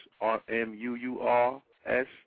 R-M-U-U-R-S